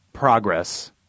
progress